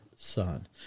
son